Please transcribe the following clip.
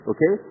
Okay